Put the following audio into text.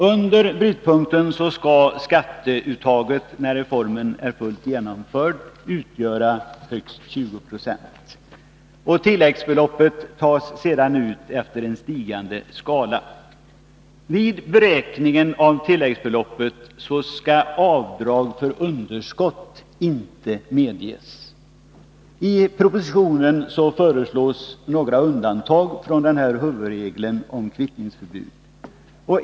Under brytpunkten skall skatteuttaget — när reformen är fullt genomförd — utgöra högst 20 260, och tilläggsbeloppet tas sedan ut efter en stigande skala. Vid beräkning av tilläggsbeloppet skall avdrag för underskott inte medges. I propositionen föreslås några undantag från huvudregeln om kvittningsförbud.